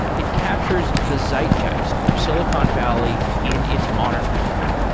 it captures the zeitgeist of silicon valley in its modern form.